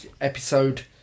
episode